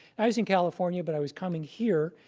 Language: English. i was in california, but i was coming here,